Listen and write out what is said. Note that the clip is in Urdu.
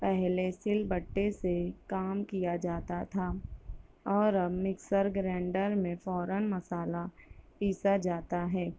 پہلے سل بٹے سے کام کیا جاتا تھا اور اب مکسر گرینڈر میں فوراََ مصالحہ پیسا جاتا ہے